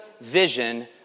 vision